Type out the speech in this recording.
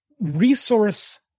resource